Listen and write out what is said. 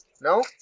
No